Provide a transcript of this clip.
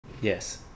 Yes